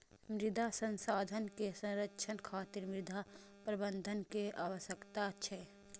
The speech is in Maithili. मृदा संसाधन के संरक्षण खातिर मृदा प्रबंधन के आवश्यकता छै